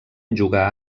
jugà